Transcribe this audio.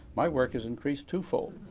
my work has increased twofold.